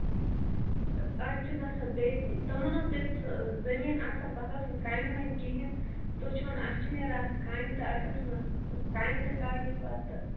اَدٕ چھُ گژھان بیٚیہِ تِمَن حظ بیٚیہِ سۅ زٔمیٖن اَصٕل تَتھ آسہٕ نہٕ کَنہِ وَنہِ کِہیٖنٛۍ تُہۍ چھُ اَتھ چھِ نیران اَتھ کَنہِ تہٕ آسہٕ نا کَنہِ تہِ کَڈنہِ پَتہٕ